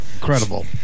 Incredible